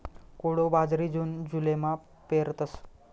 कोडो बाजरी जून जुलैमा पेरतस